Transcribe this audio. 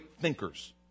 thinkers